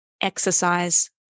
exercise